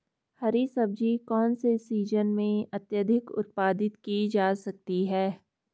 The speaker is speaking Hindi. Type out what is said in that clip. हरी सब्जी कौन से सीजन में अत्यधिक उत्पादित की जा सकती है?